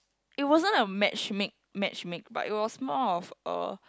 it wasn't a matchmake matchmake but it was more of a